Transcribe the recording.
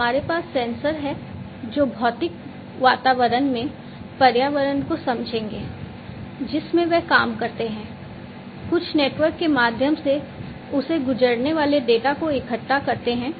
हमारे पास सेंसर हैं जो भौतिक वातावरण में पर्यावरण को समझेंगे जिसमें वे काम करते हैं कुछ नेटवर्क के माध्यम से उससे गुजरने वाले डेटा को इकट्ठा करते हैं